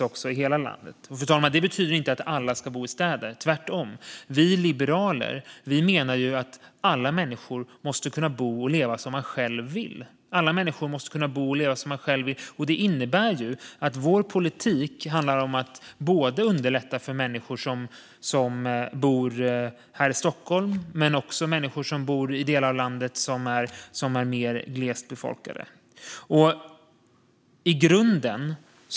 Det betyder inte, fru talman, att alla ska bo i städer, tvärtom. Vi liberaler menar att alla människor måste kunna bo och leva som de själva vill. Det innebär att vår politik handlar om att underlätta både för människor som bor här i Stockholm och för människor som bor i mer glest befolkade delar av landet.